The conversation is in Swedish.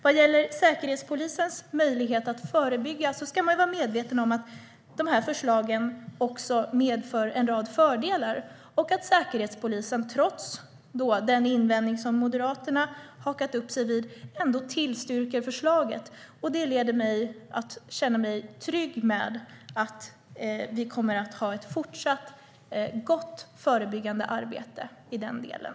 Vad gäller Säkerhetspolisens möjlighet att förebygga ska man vara medveten om att de här förslagen också medför en rad fördelar och att Säkerhetspolisen trots den invändning som Moderaterna har hakat upp sig vid ändå tillstyrker förslaget. Det leder mig till att känna mig trygg med att vi kommer att ha ett fortsatt gott förebyggande arbete i den delen.